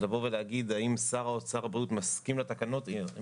אז לבוא ולהגיד האם שר הבריאות מסכים - אם